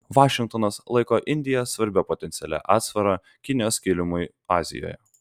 vašingtonas laiko indiją svarbia potencialia atsvara kinijos kilimui azijoje